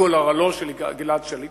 גורלו של גלעד שליט,